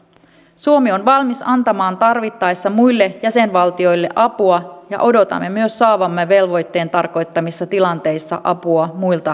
suomi on valmis antamaan tarvittaessa muille jäsenvaltioille apua ja odotamme myös saavamme velvoitteen tarkoittamissa tilanteissa apua muilta jäsenvaltioilta